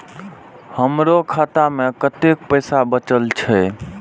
हमरो खाता में कतेक पैसा बचल छे?